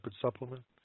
supplement